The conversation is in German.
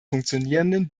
funktionierenden